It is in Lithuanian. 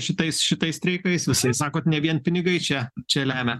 šitais šitais streikais visais sakot ne vien pinigai čia čia lemia